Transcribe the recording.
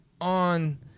on